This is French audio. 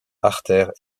artères